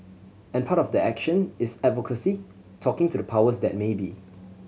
and part of that action is advocacy talking to the powers that may be